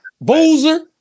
Boozer